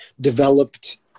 developed